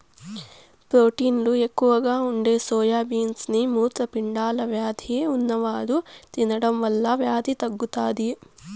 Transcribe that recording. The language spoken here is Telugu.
ప్రోటీన్లు ఎక్కువగా ఉండే సోయా బీన్స్ ని మూత్రపిండాల వ్యాధి ఉన్నవారు తినడం వల్ల వ్యాధి తగ్గుతాది